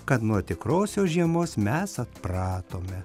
kad nuo tikrosios žiemos mes atpratome